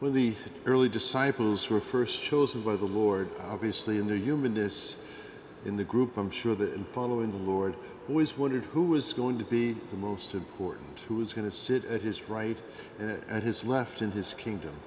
when the early disciples were st chosen by the lord obviously in the human this in the group i'm sure that in following the lord always wondered who was going to be the most important who is going to sit at his right and his left in his kingdom